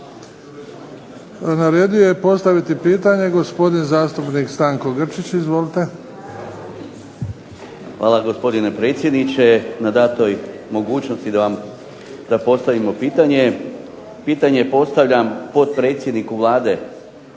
Na redu je postaviti pitanje gospodin zastupnik Stanko Grčić. Izvolite. **Grčić, Stanko (HSS)** Hvala gospodine predsjedniče, na datoj mogućnosti da postavimo pitanje. Pitanje postavljam potpredsjedniku Vlade